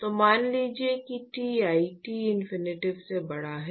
तो मान लीजिए कि Ti Tinfinity से बड़ा है